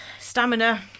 stamina